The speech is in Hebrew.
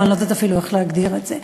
או אני לא יודעת אפילו איך להגדיר את זה.